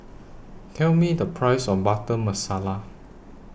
Tell Me The Price of Butter Masala